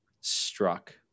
struck